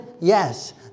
Yes